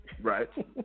Right